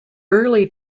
early